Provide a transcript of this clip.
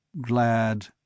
glad